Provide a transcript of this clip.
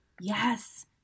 Yes